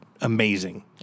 amazing